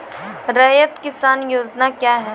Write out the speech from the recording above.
रैयत किसान योजना क्या हैं?